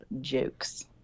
jokes